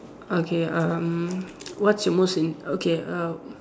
okay um what's your most in okay uh